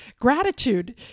Gratitude